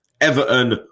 Everton